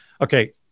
Okay